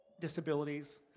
disabilities